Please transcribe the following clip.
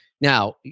Now